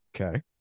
Okay